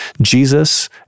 Jesus